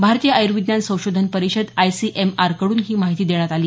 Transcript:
भारतीय आय्र्विज्ञान संशोधन परिषद आयसीएमआरकडून ही माहिती देण्यात आली